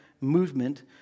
movement